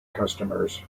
customers